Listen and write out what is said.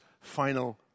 final